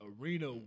arena